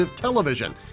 television